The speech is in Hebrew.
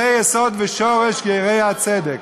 זה יסוד ושורש גרי הצדק.